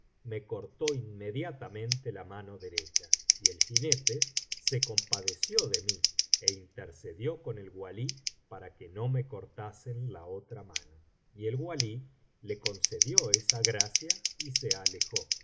me cortó inmediatamente la mano derecha y el jinete se compadeció de mí é intercedió con el walí para que no me cortasen la otra mano y el walí le concedió esa gracia y se alejó y